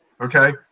Okay